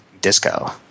disco